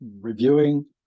reviewing